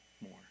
more